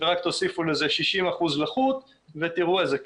רק תוסיפו לזה 60% לחות ותראו איזה כייף.